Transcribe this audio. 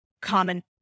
common